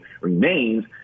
remains